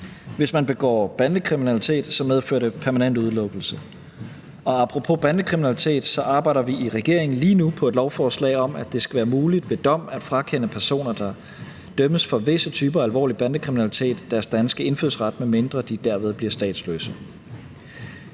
Hvis man begår bandekriminalitet, medfører det permanent udelukkelse. Apropos bandekriminalitet arbejder vi i regeringen lige nu på et lovforslag om, at det skal være muligt ved dom at frakende personer, der dømmes for visse typer af alvorlig bandekriminalitet, deres danske indfødsret, medmindre de derved bliver statsløse.